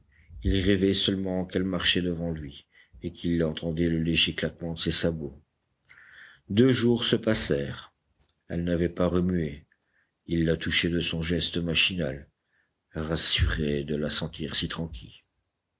il rêvait seulement qu'elle marchait devant lui et qu'il entendait le léger claquement de ses sabots deux jours se passèrent elle n'avait pas remué il la touchait de son geste machinal rassuré de la sentir si tranquille